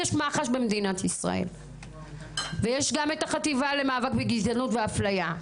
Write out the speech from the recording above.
יש מח"ש במדינת ישראל ויש גם את החטיבה למאבק גזענות ואפליה.